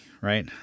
right